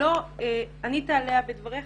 שלא ענית עליה בדבריך.